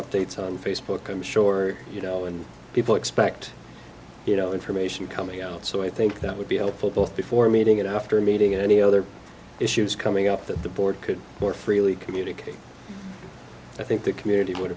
updates on facebook i'm sure you know and people expect you know information coming out so i think that would be helpful both before meeting after meeting or any other issues coming up that the board could more freely communicate i think the community would